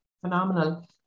Phenomenal